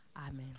Amen